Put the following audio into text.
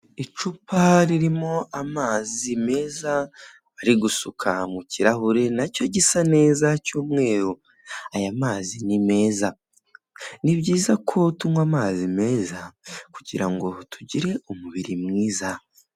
Icupa ririmo amazi meza ari gusuka mu kirahure nacyo gisa neza cy'umweru, aya mazi ni meza, ni byiza ko tunywa amazi meza kugira ngo tugire umubiri mwiza.